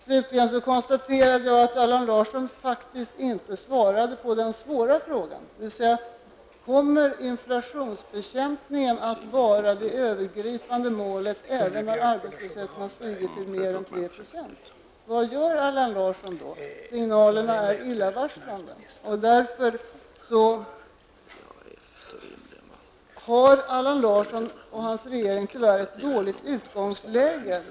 Slutligen konstaterade jag att Allan Larsson faktiskt inte svarade på den svåra frågan, dvs. om inflationsbekämpningen kommer att vara det övergripande målet även när arbetslösheten har stigit till mer än 3 %. Vad gör Allan Larsson då? Signalerna är illavarslande. Därför har Allan Larsson och hans regering tyvärr ett dåligt utgångsläge.